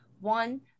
One